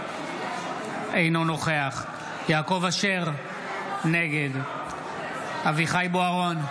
אינו נוכח יעקב אשר, נגד אביחי אברהם בוארון,